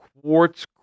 quartz